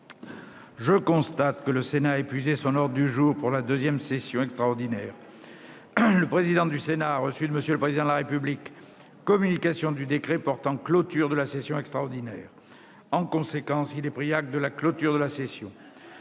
je constate que le Sénat a épuisé son ordre du jour pour la deuxième session extraordinaire. M. le président du Sénat a reçu de M. le Président de la République communication du décret portant clôture de la session extraordinaire du Parlement. En conséquence, il est pris acte de la clôture de la session